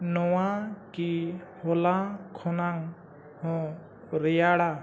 ᱱᱚᱣᱟ ᱠᱤ ᱦᱚᱞᱟ ᱠᱷᱚᱱᱟᱜ ᱦᱚᱸ ᱨᱮᱭᱟᱲᱟ